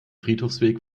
friedhofsweg